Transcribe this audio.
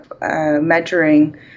measuring